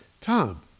Tom